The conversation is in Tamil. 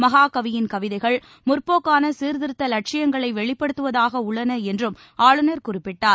மகாகவியின் கவிதைகள் முற்போக்கானசீர்திருத்தலட்சியங்களைவெளிப்படுத்துவதாகஉள்ளனஎன்றும் ஆளுநர் குறிப்பிட்டார்